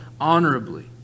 honorably